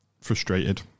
frustrated